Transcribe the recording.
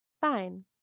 fine